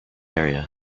area